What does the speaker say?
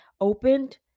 opened